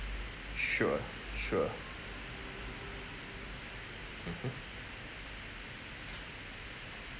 sure sure mmhmm